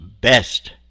best